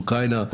אוקראינה,